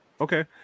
Okay